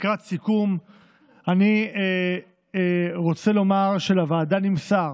לקראת סיכום אני רוצה לומר שלוועדה נמסר